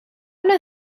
una